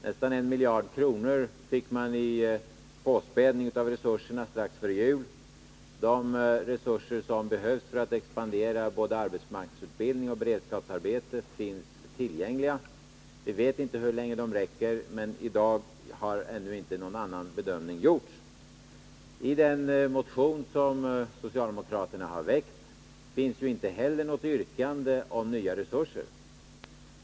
Nästan 1 miljard kronor fick verket i påspädning av resurserna strax före jul. De resurser som behövs för att vi skall kunna expandera både arbetsmarknadsutbildning och beredskapsarbete finns tillgängliga — vi vet inte hur länge de räcker, men hittills har inte någon annan bedömning gjorts. I den motion som socialdemokraterna har väckt finns inte heller något yrkande om nya resurser.